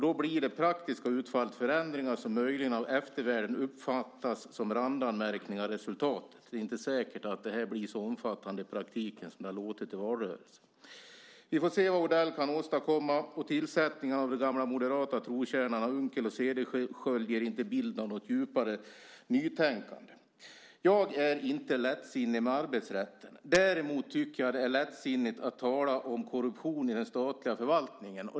Då blir det praktiska resultatet förändringar som av eftervärlden möjligen uppfattas som randanmärkningar. Det är inte säkert att det här blir så omfattande i praktiken som det har låtit i valrörelsen. Vi får se vad Odell kan åstadkomma. Tillsättningen av de gamla moderata trotjänarna Unckel och Cederschiöld ger inte bilden av något djupare nytänkande. Jag är inte lättsinnig med arbetsrätten. Däremot tycker jag att det är lättsinnigt att tala om korruption i den statliga förvaltningen.